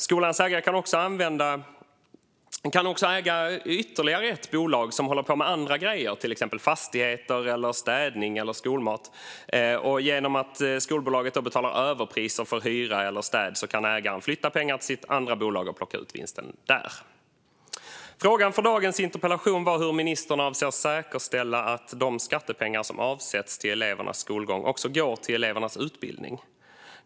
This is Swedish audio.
Skolans ägare kan också äga ytterligare ett bolag som håller på med andra grejer, till exempel fastigheter, städning eller skolmat. Genom att skolbolaget då betalar överpriser för hyra eller städning kan ägaren flytta pengar till sitt andra bolag och plocka ut vinsten där. Frågan för dagens interpellation var hur ministern avser att säkerställa att de skattepengar som avsätts till elevernas skolgång också går till elevernas utbildning.